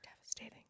Devastating